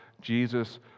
Jesus